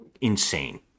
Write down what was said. insane